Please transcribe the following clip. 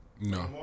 No